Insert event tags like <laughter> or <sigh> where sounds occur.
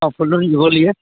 हँ <unintelligible> जी बोलिए